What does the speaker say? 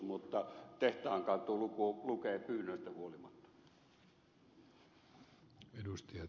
mutta tehtaankatu lukee pyynnöistä huolimatta